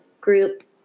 group